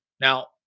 Now